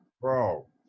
Bro